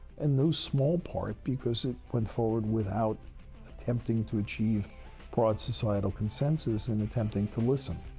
and no small part because it went forward without attempting to achieve broad societal consensus and attempting to listen.